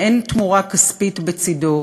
שאין תמורה כספית בצדו.